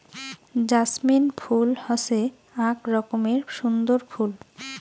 jasmine ফুল হসে আক রকমের সুন্দর ফুল